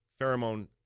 pheromone